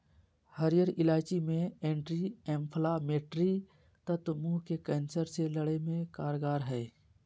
हरीयर इलायची मे एंटी एंफलामेट्री तत्व मुंह के कैंसर से लड़े मे कारगर हई